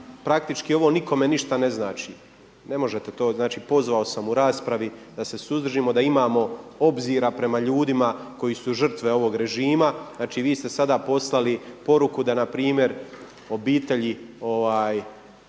praktički ovo nikome ništa ne znači. Ne možete to, znači pozvao sam u raspravi, da se suzdržimo, da imamo obzira prema ljudima koji su žrtve ovog režima. Znači vi ste sada poslali poruku da na primjer obitelji